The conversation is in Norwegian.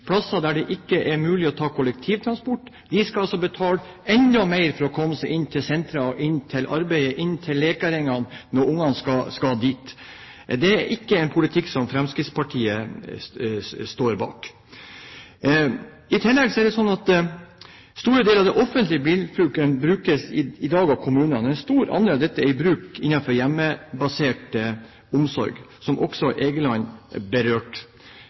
kollektivtransport. De skal altså betale enda mer for å komme seg inn til sentra, inn til arbeid, og inn til leikarring når ungene skal dit. Det er ikke en politikk som Fremskrittspartiet står bak. I tillegg er det slik at store deler av den offentlige bilbruken i dag er av kommunene. En stor del av bilflåten er i bruk innenfor hjemmebasert omsorg, som også Egeland berørte.